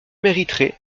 mériteraient